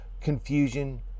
confusion